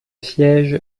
siège